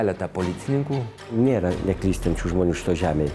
keletą policininkų nėra neklystančių žmonių žemėj